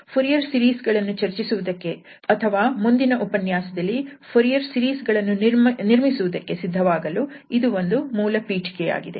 Fourier series ಗಳನ್ನು ಚರ್ಚಿಸುವುದಕ್ಕೆ ಅಥವಾ ಮುಂದಿನ ಉಪನ್ಯಾಸದಲ್ಲಿ ಫೊರಿಯರ್ ಸೀರೀಸ್ ಗಳನ್ನು ನಿರ್ಮಿಸುವುದಕ್ಕೆ ಸಿದ್ಧವಾಗಲು ಇದು ಒಂದು ಮೂಲ ಪೀಠಿಕೆಯಾಗಿದೆ